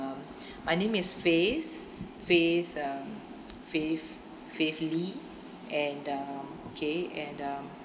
my name is faith faith um faith faith lee and uh okay and uh